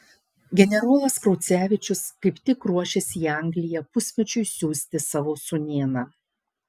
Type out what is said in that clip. generolas kraucevičius kaip tik ruošėsi į angliją pusmečiui siųsti savo sūnėną